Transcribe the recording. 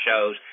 shows